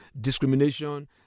discrimination